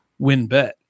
WinBet